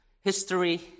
history